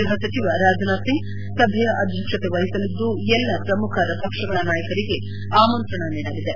ಗೃಹ ಸಚಿವ ರಾಜನಾಥ್ ಸಿಂಗ್ ಸಭೆಯ ಅಧ್ಯಕ್ಷತೆ ವಹಿಸಲಿದ್ದು ಎಲ್ಲ ಪ್ರಮುಖ ಪಕ್ಷಗಳ ನಾಯಕರಿಗೆ ಆಮಂತ್ರಣ ನೀಡಲಾಗಿದೆ